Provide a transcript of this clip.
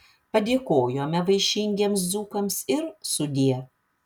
padėkojome vaišingiesiems dzūkams ir sudie